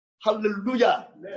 Hallelujah